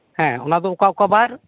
ᱦᱮᱸ ᱚᱱᱟᱫᱚ ᱚᱠᱟ ᱚᱠᱟ ᱵᱟᱨ